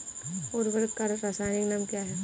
उर्वरक का रासायनिक नाम क्या है?